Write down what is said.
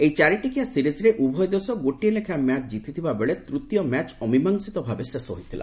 ଏହି ଚାରିଟିକିଆ ସିରିଜ୍ରେ ଉଭୟ ଦେଶ ଗୋଟିଏ ଲେଖାଏଁ ମ୍ୟାଚ୍ ଜିତିଥିବା ବେଳେ ତୃତୀୟ ମ୍ୟାଚ୍ ଅମୀମାଂସିତ ଭାବେ ଶେଷ ହୋଇଥିଲା